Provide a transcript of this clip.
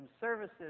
services